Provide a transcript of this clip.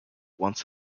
once